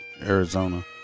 Arizona